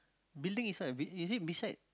building is what is it beside